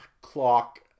clock